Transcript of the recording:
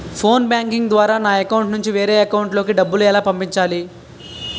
Phone banking ద్వారా నా account నుంచి వేరే అకౌంట్ లోకి డబ్బులు ఎలా పంపించాలి?